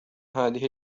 هذه